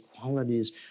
qualities